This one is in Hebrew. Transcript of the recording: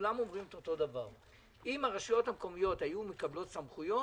כולם אומרים את אותו דבר: אם הרשויות המקומיות היו מקבלות סמכויות